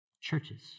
churches